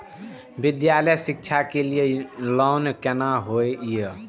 विद्यालय शिक्षा के लिय लोन केना होय ये?